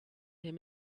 him